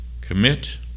commit